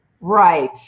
Right